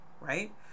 right